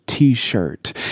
t-shirt